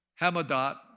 hamadot